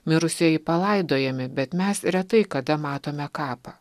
mirusieji palaidojami bet mes retai kada matome kapą